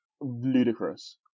ludicrous